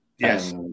Yes